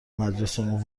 مجلسمون